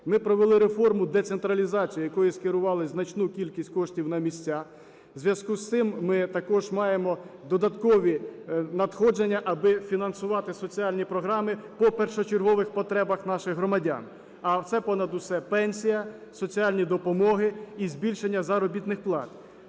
Ми провели реформу децентралізації, якою скерували значну кількість коштів на місцях, у зв'язку з цим ми також маємо додаткові надходження аби фінансувати соціальні програми по першочергових потребах наших громадян, а це понад усе пенсія, соціальні допомоги і збільшення заробітних плат,